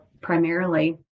primarily